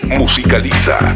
musicaliza